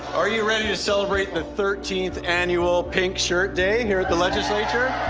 are you ready to celebrate the thirteenth annual pink shirt day here at the legislature?